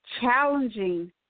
challenging